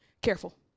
careful